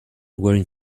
wearing